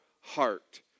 heart